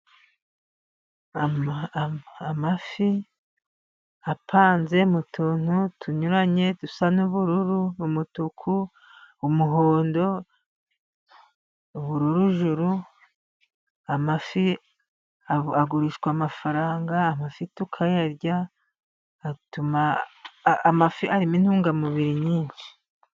Amafi apanze mu tuntu tunyuranye dusa n'ubururu, Umutuku, umuhondo, Ubururujuru. Amafi agurishwa amafaranga, amafi tukayarya, atuma amafi arimo intungamubiri nyinshi.